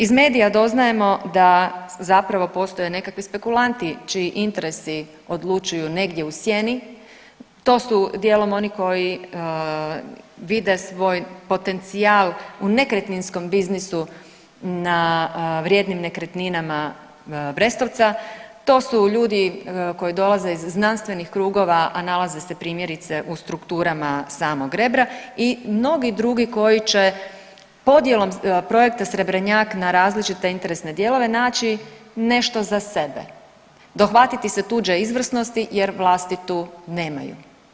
Iz medija doznajemo da zapravo postoje nekakvi spekulanti čiji interesi odlučuju negdje u sjeni, to su dijelom oni koji vide svoj potencijal u nekretninskom biznisu na vrijednim nekretninama Brestovca, to su ljudi koji dolaze iz znanstvenih krugova, a nalaze se primjerice u strukturama samog Rebra i mnogi drugi koji će podjelom projekta Srebrnjak na različite interesne dijelove naći nešto za sebe, dohvatiti se tuđe izvrsnosti jer vlastitu nemaju.